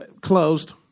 Closed